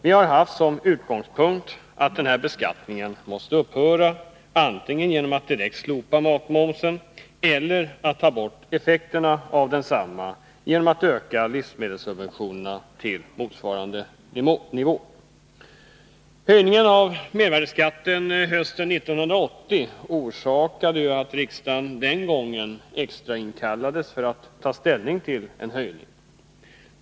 Vi har haft som utgångspunkt att denna beskattning måste upphöra, antingen så att matmomsen direkt slopas eller så att effekterna av densamma tas bort genom en ökning av livsmedelssubventionerna till motsvarande nivå. Höjningen av mervärdeskatten hösten 1980 orsakade att riksdagen den gången extrainkallades för att ta ställning till en höjning.